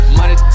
money